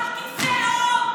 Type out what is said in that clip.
סרסרו בהן,